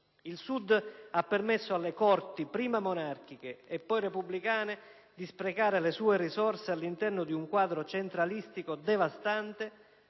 Il Sud ha permesso alle corti, prima monarchiche e poi repubblicane, di sprecare le sue risorse all'interno di un quadro centralistico devastante,